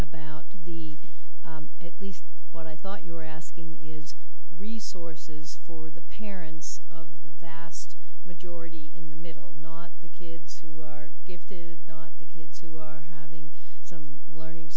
about the at least what i thought you were asking is resources for the parents of the vast majority in the middle not the kids who are gifted the kids who are having some learning